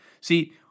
See